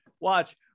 Watch